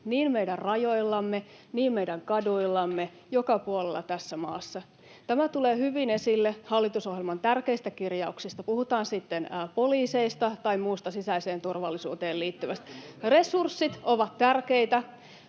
niin meidän rajoillamme kuin meidän kaduillamme, joka puolella tässä maassa. Tämä tulee hyvin esille hallitusohjelman tärkeistä kirjauksista, puhutaan sitten poliiseista tai muusta sisäiseen turvallisuuteen liittyvästä. [Keskustan ryhmästä: